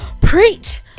preach